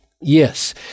yes